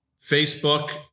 Facebook